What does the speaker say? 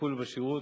בטיפול ובשירות.